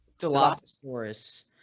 Dilophosaurus